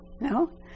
no